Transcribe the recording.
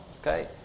Okay